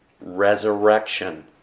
resurrection